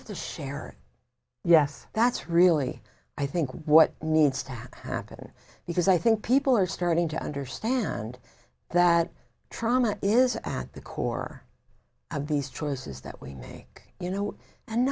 have to share yes that's really i think what needs to happen because i think people are starting to understand that trauma is at the core of these choices that we make you know and